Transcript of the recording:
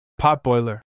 Potboiler